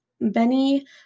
Benny